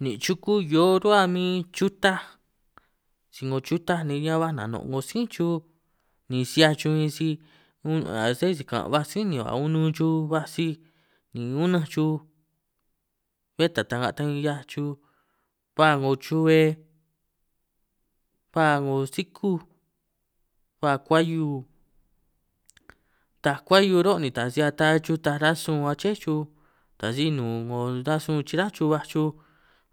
Nin' chuku hìo ruba min chutaj si 'ngo chutaj ni ñan baj nànὸ' 'ngo sí chuj, ni si 'hiaj chuj bin si un' à' sé si kan' ba sí ni ka' unun chuj baj sij ni unânj chuj, bé ta ta'nga ta bin 'hiaj chuj ba 'ngo chu'be ba 'ngo sikúj ba kuâhiu taaj kuâhiu rô', ni taj si ata chuj taaj rasun aché chuj taj si nnùn 'ngo rasun chiráj chuj baj chuj,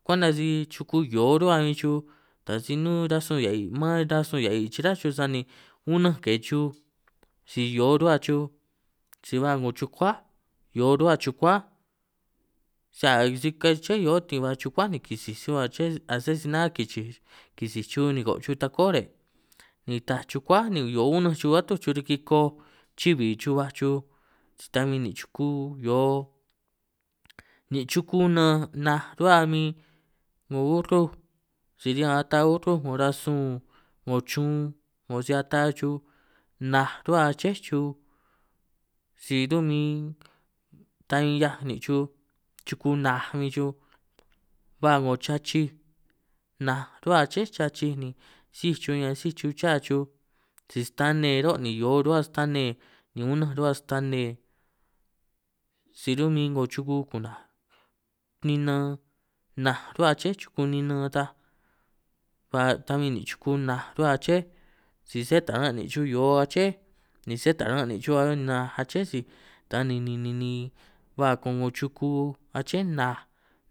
kwenta si chuku hìo ruhuâ bin chuj taj si nnûn rasun heahì' rô' man rasun heahì' chiráj chuj, sani unânj ke chuj si hìo ruhuâ chuj si ba 'ngo chukuáj, hìo ruhuâ chukuáj sà' si keché hiôt ni ba chukuáj ni kìsìj chuj a' che a sé si nâ kìchìj kìsìj chuj ni kὸ'ὸ' chuj takó rè', ni taaj chukuáj ni hìo unânj chuj atûj chuj riki koj chîj bì chuj baj chuj, sta bin nìn' chuku hìo ni chuku nan naj ruhuâ bin 'ngo urrûj si riñan ata urrûj 'ngo rasun 'ngo chun, 'ngo si ata chuj naj ruhuâ aché chuj si rûn', ta bin ta bin 'hiaj nìn' chuj chukuj naj bin chuj ba 'ngo chachij naj ruhuâ aché chachij, ni síj chuj ñan síj chuj châ chuj si stane rô' ni hìo ruhuâ stane ni unânj ruhuâ stane, si rû'min 'ngo chuku kù'nàj ninan naj ruhuâ aché chuku ninan, ta ba ta bin nìn' chuku naj ruhuâ aché si sé taran' nìn' chuj hìo aché, ni sé taran' nìn' chuj an naj aché si ta ni ni ni ni ba ko'ngo chuku aché naj,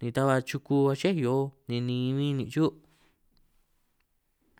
ni ta ba chuku aché hìo ninin bin nìn' chû'.